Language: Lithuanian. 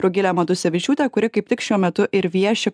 rugile matusevičiūte kuri kaip tik šiuo metu ir vieši